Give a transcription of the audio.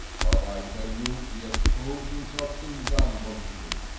but i tell you he has proved himself invaluable to me.